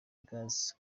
gaz